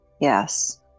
Yes